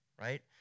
right